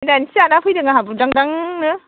दानिसो जाना फैदों आंहा बुदां दांनो